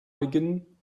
beginnen